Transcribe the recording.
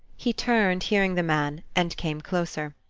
he turned, hearing the man, and came closer.